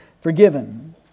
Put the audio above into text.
forgiven